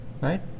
right